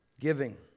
giving